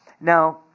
now